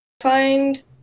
find